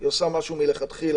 היא עושה משהו מלכתחילה.